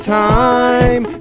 time